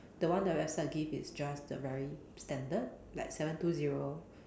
the one the website give is just the very standard like seven two zero